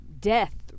death